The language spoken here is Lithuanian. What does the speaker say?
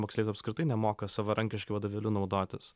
moksleivis apskritai nemoka savarankiškai vadovėliu naudotis